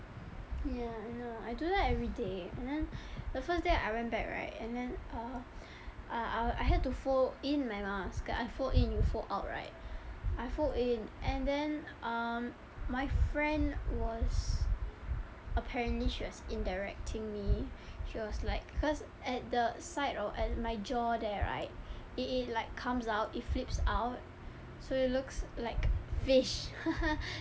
ya I know I do that everyday and then the first day I went back right and then uh I I had to fold in my mask I fold in you fold out right I fold in and then um my friend was apparently she was indirecting me she was like cause at the side or at my jaw there right it it like comes out it flips out so it looks like fish